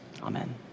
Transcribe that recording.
Amen